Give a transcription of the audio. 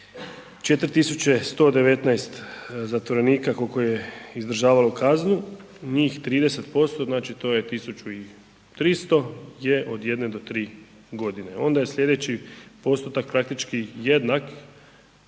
4.119 zatvorenika koliko je izdržavalo kaznu, njih 30% znači to je 1.300 je od jedne do tri godine, onda je slijedeći postotak praktički jednak